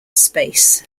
space